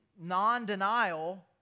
non-denial